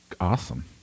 Awesome